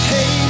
Hey